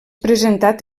presentat